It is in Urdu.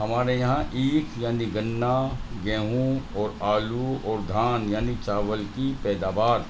ہمارے یہاں ایکھ یعنی گنہ گیہوں اور آلو اور دھان یعنی چاول کی پیداوار